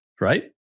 Right